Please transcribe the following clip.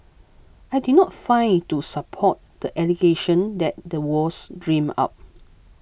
I did not find to support the allegation that the was dreamt up